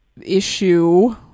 issue